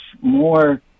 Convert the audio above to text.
more